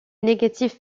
négatif